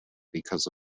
because